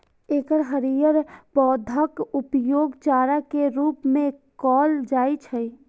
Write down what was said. एकर हरियर पौधाक उपयोग चारा के रूप मे कैल जाइ छै